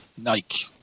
Nike